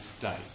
day